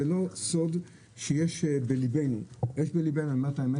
זה לא סוד שיש בלבנו אני אומר את האמת